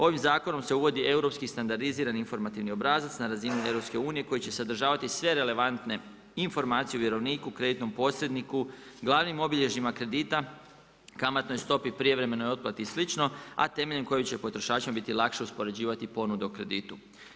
Ovim zakonom se uvodi europski standardizirani informativni obrazac na razini EU koji će sadržavati sve relevantne informacije o vjerovniku, kreditnom posredniku, glavnim obilježjima kredita, kamatnoj stopi, prijevremenoj otplati i slično, a temeljem kojeg će potrošačima biti lakše uspoređivati ponude o kreditu.